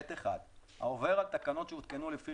יבוא: "(ב1)העובר על תקנות שהותקנו לפי